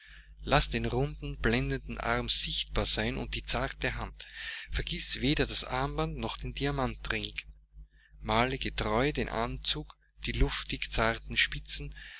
laß den runden blendenden arm sichtbar sein und die zarte hand vergiß weder das armband noch den diamantring male getreu den anzug die luftig zarten